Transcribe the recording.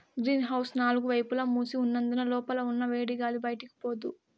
green house నాలుగు వైపులా మూసి ఉన్నందున లోపల ఉన్న వేడిగాలి బయటికి పోదు